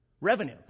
Revenue